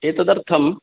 एतदर्थम्